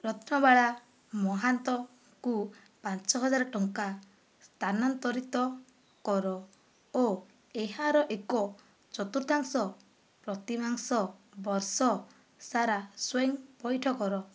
ରତ୍ନବାଳା ମହାନ୍ତକୁ ପାଞ୍ଚହଜାର ଟଙ୍କା ସ୍ଥାନାନ୍ତରିତ କର ଓ ଏହାର ଏକ ଚତୁର୍ଥାଂଶ ପ୍ରତିମାସ ବର୍ଷ ସାରା ସ୍ଵୟଂ ପଇଠ କର